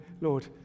Lord